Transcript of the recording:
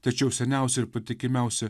tačiau seniausi ir patikimiausi